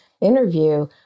interview